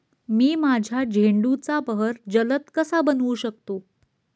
मी माझ्या झेंडूचा बहर जलद कसा बनवू शकतो?